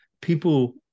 people